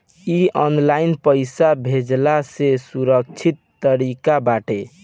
इ ऑनलाइन पईसा भेजला से सुरक्षित तरीका बाटे